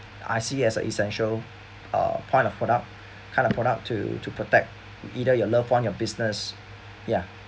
I see as a essential uh part of product kind of product to to protect either your love one your business ya